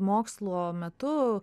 mokslo metu